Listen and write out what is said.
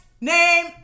name